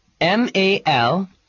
M-A-L